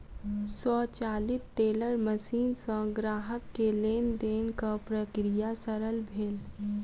स्वचालित teller machine सॅ ग्राहक के लेन देनक प्रक्रिया सरल भेल